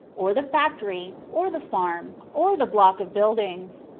or the factory, or the farm, or the block of buildings,